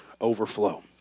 overflow